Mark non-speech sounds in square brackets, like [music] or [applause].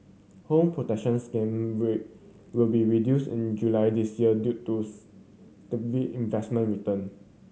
Home Protection Scheme rate will be reduced in July this year due to [unintelligible] investment return